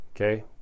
okay